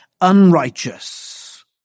unrighteous